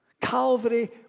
Calvary